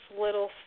little